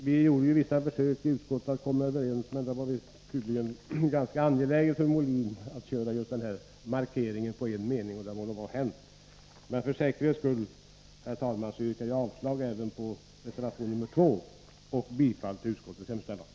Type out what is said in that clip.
Vi gjorde vissa försök att komma överens i utskottet, men det var tydligen ganska angeläget för Björn Molin att göra just den här markeringen på en mening, och det må vara hänt. Herr talman! För säkerhets skull yrkar jag bifall till utskottets hemställan också i det här avseendet, vilket innebär avslag på reservation 2.